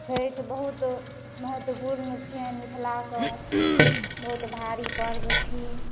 छठि बहुत महत्वपूर्ण छियनि मिथिलाके बहुत भारी पर्व छी